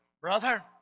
brother